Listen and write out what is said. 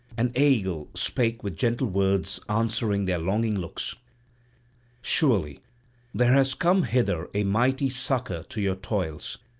and aegle spake with gentle words answering their longing looks surely there has come hither a mighty succour to your toils,